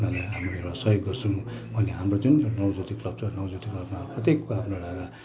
उनीहरूलाई हाम्रो एउटा सहयोग गर्छौँ अनि हाम्रो जुन नव ज्योति क्लब छ नव ज्योति क्लबमा प्रत्येकको आफ्नो एउटा